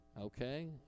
Okay